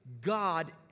God